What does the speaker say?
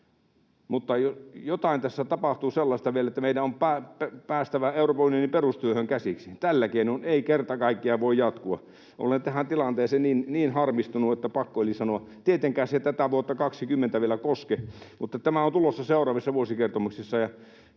sellaista tässä vielä tapahtuu, että meidän on päästävä Euroopan unionin perustyöhön käsiksi. Tällä keinoin ei kerta kaikkiaan voi jatkua. Olen tähän tilanteeseen niin harmistunut, että pakko oli sanoa. Tietenkään se ei tätä vuotta 2020 vielä koske, mutta tämä on tulossa seuraavissa vuosikertomuksissa,